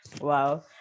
wow